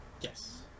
Yes